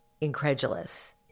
incredulous